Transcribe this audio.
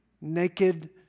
naked